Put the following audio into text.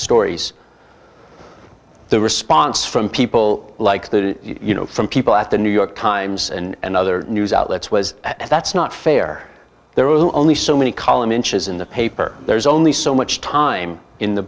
stories the response from people like you know from people at the new york times and other news outlets was as that's not fair there are only so many column inches in the paper there's only so much time in the